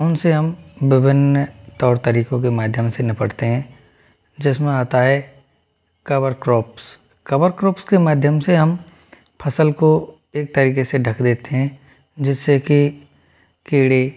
उनसे हम विभिन्न तौर तरीकों के माध्यम से निपटते हैं जिसमे आता है कवर क्रॉप्स कवर क्रॉप्स के माध्यम से हम फसल को एक तरीके से ढक देते हैं जिससे की कीड़े